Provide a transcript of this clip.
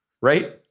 Right